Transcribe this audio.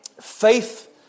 faith-